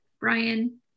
Brian